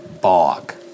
bog